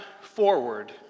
forward